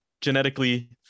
genetically